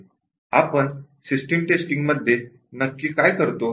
आपण system testing मध्ये नक्की काय करतो